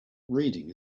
reading